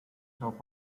top